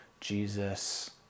Jesus